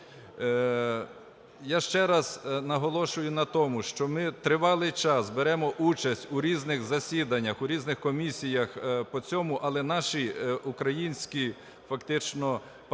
Я ще раз наголошую на тому, що ми тривалий час беремо участь у різних засіданнях, у різних комісіях по цьому, але наші українські фактично партнери